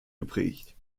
geprägt